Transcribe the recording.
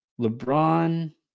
LeBron